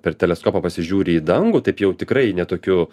per teleskopą pasižiūri į dangų taip jau tikrai ne tokiu